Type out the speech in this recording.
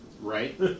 Right